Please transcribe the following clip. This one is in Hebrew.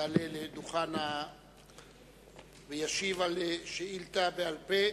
יעלה לדוכן וישיב על שאילתא בעל-פה